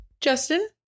Justin